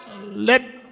Let